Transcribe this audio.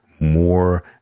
more